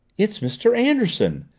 it's mr. anderson!